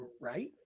right